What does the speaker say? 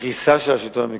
הקריסה של השלטון המקומי,